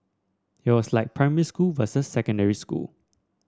it was like primary school versus secondary school